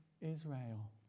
Israel